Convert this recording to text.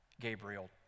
Gabriel